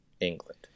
England